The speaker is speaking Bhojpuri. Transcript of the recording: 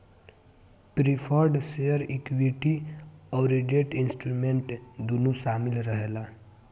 प्रिफर्ड शेयर इक्विटी अउरी डेट इंस्ट्रूमेंट दूनो शामिल रहेला